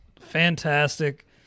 fantastic